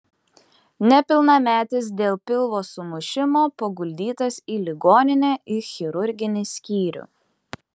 nepilnametis dėl pilvo sumušimo paguldytas į ligoninę į chirurginį skyrių